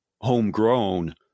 homegrown